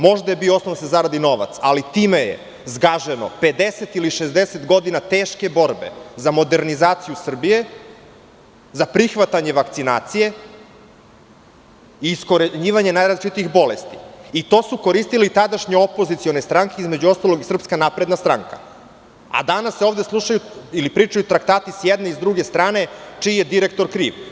Možda je bio osnov da se zaradi novac, ali time je zgaženo 50 ili 60 godina teške borbe za modernizaciju Srbije, za prihvatanje vakcinacije i iskorenjivanje najrazličitijih bolesti i to su koristile tadašnje opozicione stranke, između ostalog i SNS, a danas se ovde slušaju ili pričaju traktati sa jedne i s druge strane, čiji je direktor kriv?